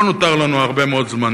לא נותר לנו הרבה מאוד זמן.